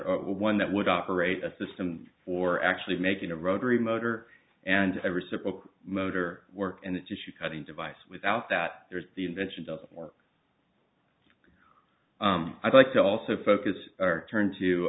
system one that would operate a system for actually making a rotary motor and ever simple motor work and it's just a cutting device without that there's the invention doesn't work i'd like to also focus our turn to